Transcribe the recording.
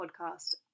podcast